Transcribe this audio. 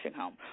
home